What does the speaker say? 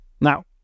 Now